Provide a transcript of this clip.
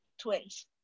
twins